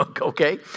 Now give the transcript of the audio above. Okay